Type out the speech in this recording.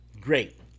Great